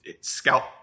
scalp